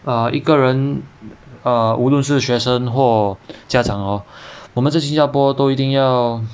err 一个人 err 无论是学生或家长 orh 我们在新加坡都一定要